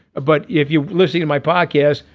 but if you're listening to my podcast.